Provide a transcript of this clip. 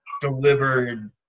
delivered